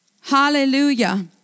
hallelujah